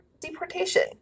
deportation